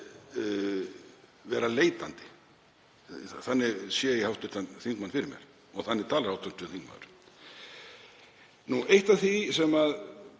vera leitandi, þannig sé ég hv. þingmann fyrir mér og þannig talar hv. þingmaður. Eitt af því sem ég